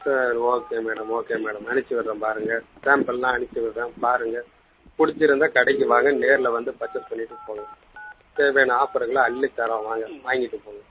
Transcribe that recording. சரி okay madam okay madam அனுப்பிச்சி விடுறேன் பாருங்க சாம்பிளெலாம் அனுப்பிச்சி விடுறேன் பாருங்க பிடிச்சிருந்தா கடைக்கு வாங்க நேரில் வந்து பர்ச்சேஸ் பண்ணிகிட்டு போங்க தேவையான ஆஃபருங்களெலாம் அள்ளி தரோம் வாங்க வாங்கிட்டு போங்க